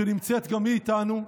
שנמצאת גם היא איתנו: